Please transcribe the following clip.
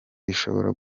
bishobora